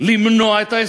מוטה גור,